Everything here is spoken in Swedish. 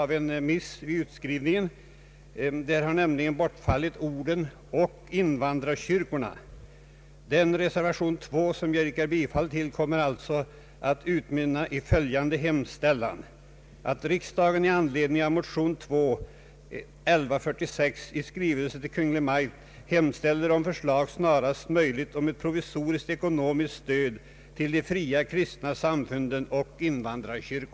Vid utskrivningen har nämligen orden ”och invandrarkyrkorna” fallit bort. Reservation 2, som jag alltså yrkar bifall till, skall sålunda utmynna i följande hemställan, ”att riksdagen i anledning av motion II: 1146 i skrivelse till Kungl. Maj:t hemställer om förslag snarast möjligt om ett provisoriskt eko